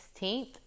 16th